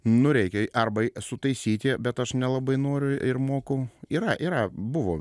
nu reikia arba sutaisyti bet aš nelabai noriu ir moku yra yra buvo